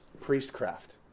priestcraft